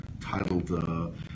titled